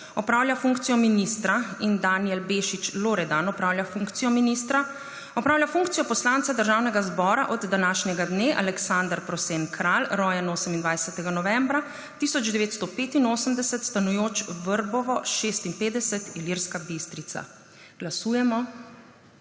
opravlja funkcijo ministra in Danijel Bešič Loredan opravlja funkcijo ministra, opravlja funkcijo poslanca Državnega zbora od današnjega dne Aleksander Prosen Kralj, rojen 28. novembra 1985, stanujoč Vrbovo 56, Ilirska Bistrica. Glasujemo.